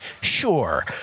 Sure